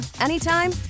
anytime